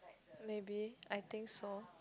maybe I think so